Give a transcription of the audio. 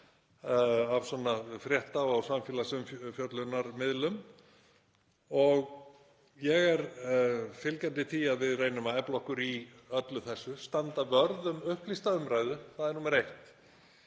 af svona frétta- og samfélagsumfjöllunarmiðlum. Ég er fylgjandi því að við reynum að efla okkur í öllu þessu og það að standa vörð um upplýsta umræðu er númer eitt.